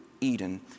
Eden